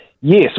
Yes